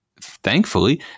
Thankfully